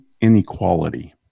inequality